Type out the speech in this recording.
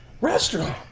restaurant